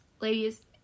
Ladies